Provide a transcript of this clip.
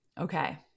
Okay